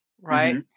right